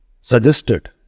suggested